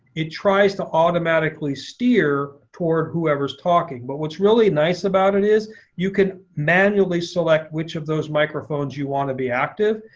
it tries to automatically steer toward whoever's talking. but what's really nice about it is you can manually select which of those microphones you want to be active.